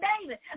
David